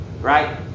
right